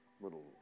little